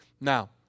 Now